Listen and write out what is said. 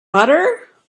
butter